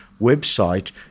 website